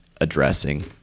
addressing